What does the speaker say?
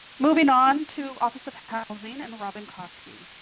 moving on to office of housing and robin koskey.